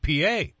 PA